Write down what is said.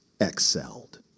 excelled